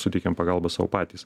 suteikiam pagalbą sau patys